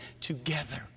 together